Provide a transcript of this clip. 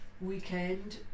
weekend